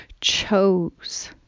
chose